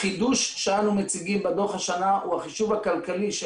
החידוש שאנו מציגים בדוח השנה הוא החישוב הכלכלי של